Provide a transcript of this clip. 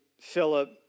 Philip